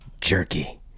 jerky